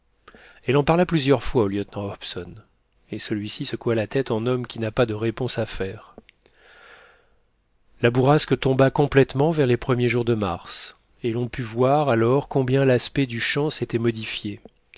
elle en parla plusieurs fois au lieutenant hobson et celui-ci secoua la tête en homme qui n'a pas de réponse à faire la bourrasque tomba complètement vers les premiers jours de mars et l'on put voir alors combien l'aspect du champ s'était modifié